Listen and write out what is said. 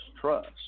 trust